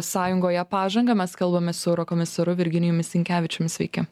sąjungoje pažangą mes kalbamės su eurokomisaru virginijumi sinkevičiumi sveiki